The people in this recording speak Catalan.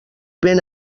ben